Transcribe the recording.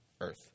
earth